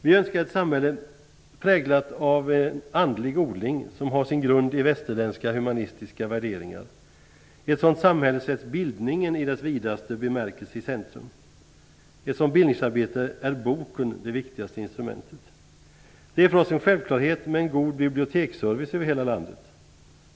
Vi önskar ett samhälle präglat av en andlig odling som har sin grund i västerländska humanistiska värderingar. I ett sådant samhälle sätts bildningen i dess vidaste bemärkelse i centrum. I ett sådant bildningsarbete är boken det viktigaste instrumentet. Det är för oss en självklarhet med en god biblioteksservice över hela landet.